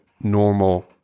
normal